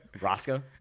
Roscoe